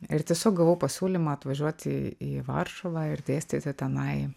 ir tiesiog gavau pasiūlymą atvažiuoti į į varšuvą ir dėstyti tenai